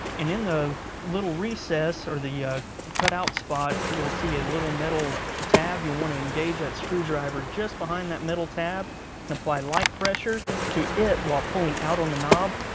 and in the little recess or the ah cut out spot, you'll see a little metal tab. you'll want to engage that screwdriver just behind that metal tab and apply light pressure to it while pulling out on the knob,